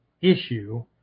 issue